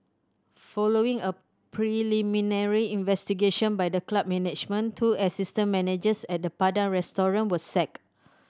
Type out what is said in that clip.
following a preliminary investigation by the club management two assistant managers at the Padang Restaurant were sacked